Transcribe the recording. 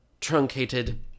truncated